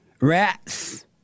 rats